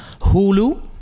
Hulu